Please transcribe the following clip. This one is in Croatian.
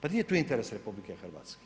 Pa di je tu interes RH?